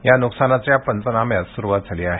या न्कसानीचे पंचनाम्यास स्रुवात झाली आहे